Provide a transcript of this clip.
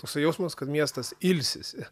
toksai jausmas kad miestas ilsisi